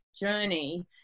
journey